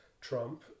Trump